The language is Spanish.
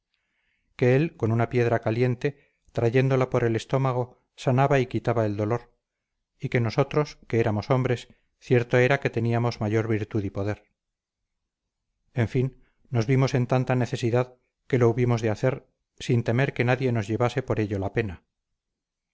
que él con una piedra caliente trayéndola por el estómago sanaba y quitaba el dolor y que nosotros que éramos hombres cierto era que teníamos mayor virtud y poder en fin nos vimos en tanta necesidad que lo hubimos de hacer sin temer que nadie nos llevase por ello la pena